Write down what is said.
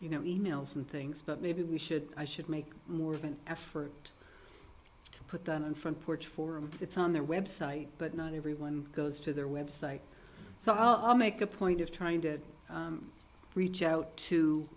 you know e mails and things but maybe we should i should make more of an effort to put that in front porch for him it's on their website but not everyone goes to their website so i'll make a point of trying to reach out to